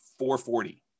440